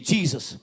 Jesus